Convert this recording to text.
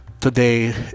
today